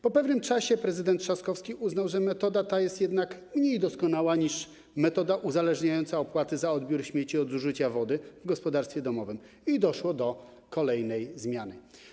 Po pewnym czasie prezydent Trzaskowski uznał, że metoda ta jest jednak mniej doskonała niż metoda uzależniająca wysokość opłat za odbiór śmieci od poziomu zużycia wody w gospodarstwie domowym i doszło do kolejnej zmiany.